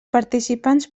participants